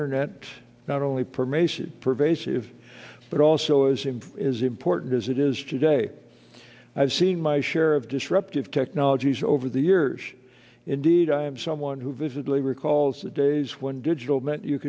internet not only permeation pervasive but also as it is important as it is today i've seen my share of disruptive technologies over the years indeed i am someone who vividly recalls the days when digital meant you